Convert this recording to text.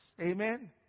Amen